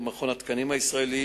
חבר הכנסת בילסקי.